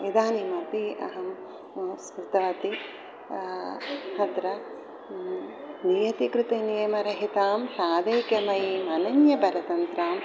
इदानीमपि अहं स्मृतवती तत्र न् नियतिकृतनियम हितां तादैक्यमयीम् अनन्यवरतन्त्रां